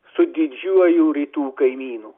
su didžiuoju rytų kaimynu